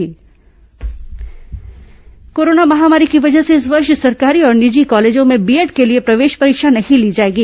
BEd प्रवेश परीक्षा corona महामारी की वजह से इस वर्ष सरकारी और निजी कॉलेजों में बीएड के लिए प्रवेश परीक्षा नहीं ली जाएगी